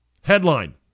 Headline